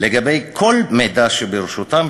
לגבי כל מידע שברשותם,